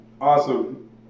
Awesome